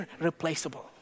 irreplaceable